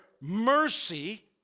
mercy